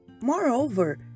Moreover